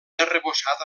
arrebossada